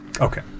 Okay